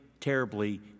terribly